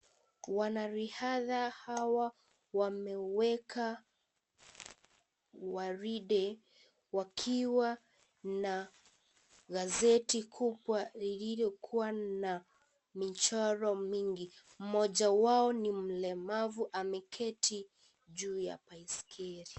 Wanariadha hawa wamewewa gwaride wakiwa na gazeti kubwa lilokuwa na michoro mingi. Mmoja wao ni mlemavu ameketi juu ya baiskeli.